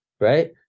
right